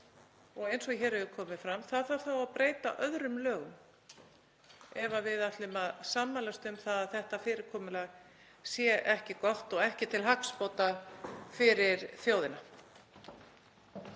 Eins og hér hefur komið fram þarf að breyta öðrum lögum ef við ætlum að sammælast um að þetta fyrirkomulag sé ekki gott og ekki til hagsbóta fyrir þjóðina.